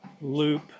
loop